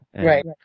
Right